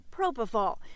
propofol